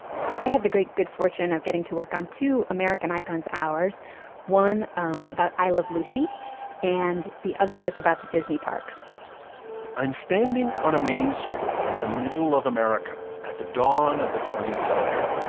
i had the great good fortune of getting to work on two american icons. ours one um about i love lucy and the other was about the disney parks i'm standing on a main street in the middle of america at the dawn of the twentieth century.